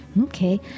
okay